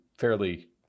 fairly